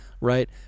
Right